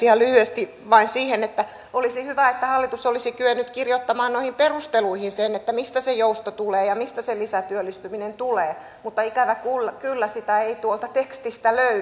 ihan lyhyesti vain siitä että olisi hyvä että hallitus olisi kyennyt kirjoittamaan noihin perusteluihin sen mistä se jousto tulee ja mistä se lisätyöllistyminen tulee mutta ikävä kyllä sitä ei tuolta tekstistä löydy